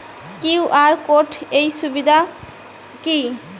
QR code এর সুবিধা কি?